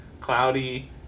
cloudy